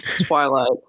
Twilight